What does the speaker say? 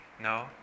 no